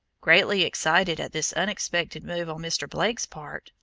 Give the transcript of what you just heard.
greatly excited at this unexpected move on mr. blake's part,